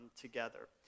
together